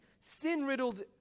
sin-riddled